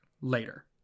later